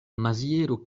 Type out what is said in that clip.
maziero